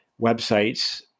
websites